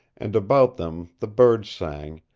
and about them the birds sang,